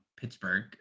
Pittsburgh